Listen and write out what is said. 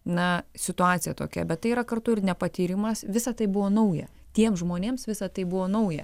na situacija tokia bet tai yra kartu ir nepatyrimas visa tai buvo nauja tiems žmonėms visa tai buvo nauja